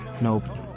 No